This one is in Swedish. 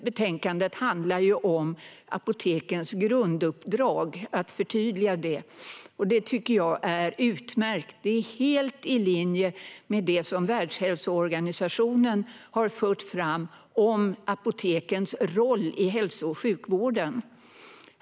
Betänkandet handlar om att förtydliga apotekens grunduppdrag. Det tycker jag är utmärkt. Det är helt i linje med det som Världshälsoorganisationen har fört fram om apotekens roll i hälso och sjukvården.